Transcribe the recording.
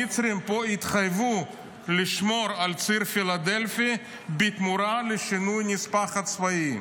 המצרים התחייבו לשמור על ציר פילדלפי בתמורה לשינוי הנספח הצבאי.